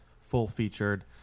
full-featured